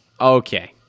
Okay